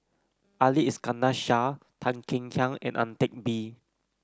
Ali Iskandar Shah Tan Kek Hiang and Ang Teck Bee